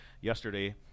yesterday